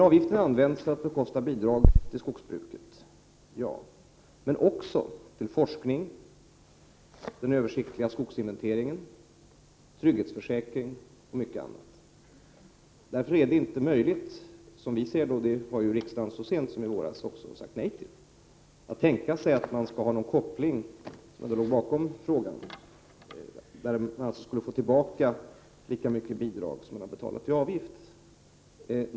Avgiften används för att bekosta bidrag till skogsbruket, men också till forskning, till den översiktliga skogsinventeringen, till trygghetsförsäkring och till mycket annat. Därför är det inte möjligt, som vi ser det — och det har riksdagen instämt i så sent som i våras — att tänka sig den koppling som låg bakom frågan, där man skulle få tillbaka lika mycket i bidrag som man har betalat i avgift.